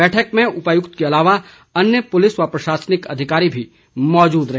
बैठक में उपायुक्त के अलावा अन्य पुलिस व प्रशासनिक अधिकारी भी मौजूद रहे